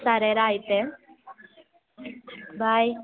సరేరా అయితే బాయ్